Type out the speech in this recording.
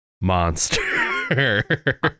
monster